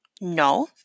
No